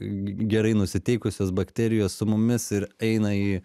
gerai nusiteikusios bakterijos su mumis ir eina į